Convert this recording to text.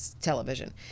Television